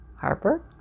Harper